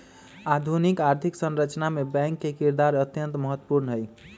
आधुनिक आर्थिक संरचना मे बैंक के किरदार अत्यंत महत्वपूर्ण हई